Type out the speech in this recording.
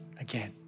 again